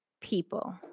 people